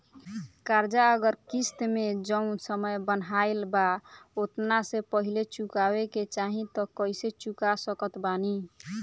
कर्जा अगर किश्त मे जऊन समय बनहाएल बा ओतना से पहिले चुकावे के चाहीं त कइसे चुका सकत बानी?